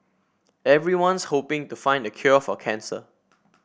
everyone's hoping to find the cure for cancer